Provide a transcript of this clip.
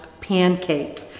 pancake